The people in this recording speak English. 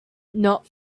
not